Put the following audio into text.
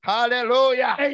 Hallelujah